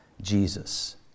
Jesus